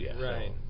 Right